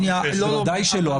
בוודאי שלא.